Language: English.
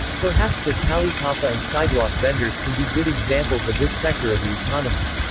perhaps the talipapa and sidewalk vendors can be good examples of this sector of the economy.